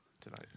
tonight